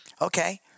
okay